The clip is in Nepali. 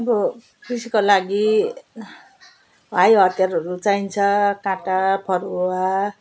अब कृषिको लागि हाइहतियारहरू चाहिन्छ काँटा फरुवा